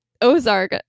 Ozark